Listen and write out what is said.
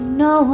no